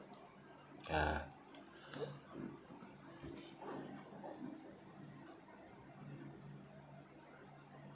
ya